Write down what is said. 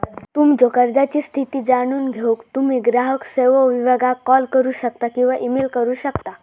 तुमच्यो कर्जाची स्थिती जाणून घेऊक तुम्ही ग्राहक सेवो विभागाक कॉल करू शकता किंवा ईमेल करू शकता